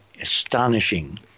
astonishing